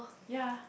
ya